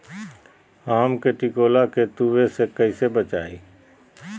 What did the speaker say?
आम के टिकोला के तुवे से कैसे बचाई?